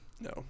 no